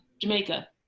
Jamaica